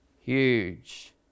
huge